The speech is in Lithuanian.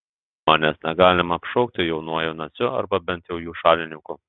manęs negalima apšaukti jaunuoju naciu arba bent jau jų šalininku